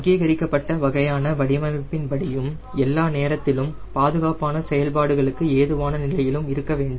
அங்கீகரிக்கப்பட்ட வகையான வடிவமைப்பின் படியும் எல்லா நேரத்திலும் பாதுகாப்பான செயல்பாடுகளுக்கு ஏதுவான நிலையிலும் இருக்க வேண்டும்